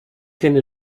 tiene